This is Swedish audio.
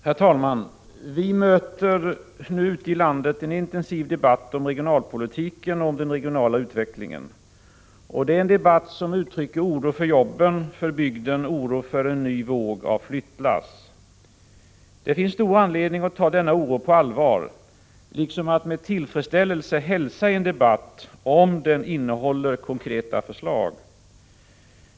Herr talman! Vi möter nu ute i landet en intensiv debatt om regionalpolitiken och om den regionala utvecklingen. Det är en debatt som uttrycker oro för jobben, bygden och en ny våg av flyttlass. Det finns stor anledning att ta denna oro på allvar, liksom att med tillfredsställelse hälsa en debatt — om den innehåller konkreta förslag.